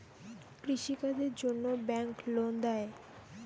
কৃষি কাজের জন্যে ব্যাংক লোন দেয়?